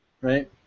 right